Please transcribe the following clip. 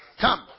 Come